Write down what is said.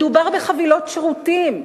מדובר בחבילות שירותים.